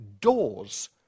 Doors